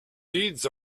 deeds